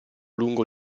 lungo